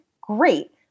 great